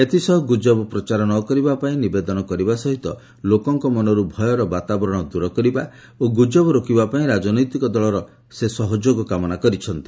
ଏଥସହ ଗୁଜବ ପ୍ରଚାର ନ କରିବା ପାଇଁ ନିବେଦନ କରିବା ସହିତ ଲୋକଙ୍କ ମନରୁ ଭୟର ବାତାବରଣ ଦୂର କରିବା ଓ ଗୁଜବ ରୋକିବା ପାଇଁ ରାଜନୈତିକ ଦଳର ସେ ସହଯୋଗ କାମନା କରିଛନ୍ତି